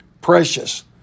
precious